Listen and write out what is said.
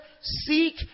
seek